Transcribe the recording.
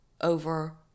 over